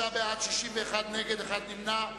43 בעד, 61 נגד, אחד נמנע.